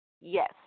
yes